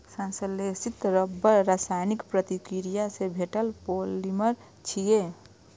संश्लेषित रबड़ रासायनिक प्रतिक्रिया सं भेटल पॉलिमर छियै